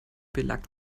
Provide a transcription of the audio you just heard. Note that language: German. belag